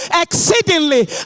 exceedingly